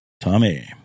Tommy